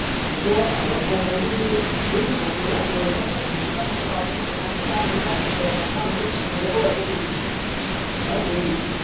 ꯑꯗꯣ ꯑꯥꯗ ꯊꯣꯡꯕꯕꯨꯗꯤ ꯁꯤꯗꯒꯤ ꯊꯣꯡꯉꯒ ꯄꯨꯔꯒ ꯆꯠꯈꯤꯕꯗꯨꯅ ꯐꯠꯇ꯭ꯔꯥ ꯑꯥꯗꯗꯤ ꯊꯣꯡꯕꯝ ꯆꯥꯗ꯭ꯔꯒ ꯖꯒꯥ ꯆꯥꯗ꯭ꯔꯒ ꯏꯁꯤꯡ ꯐꯪꯗꯕ ꯑꯣꯏꯔꯒꯗꯤ ꯀꯃꯥꯏꯅ ꯇꯧꯅꯤ